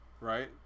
Right